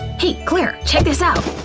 hey, claire! check this out!